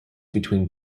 between